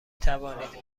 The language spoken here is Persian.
توانید